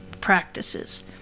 practices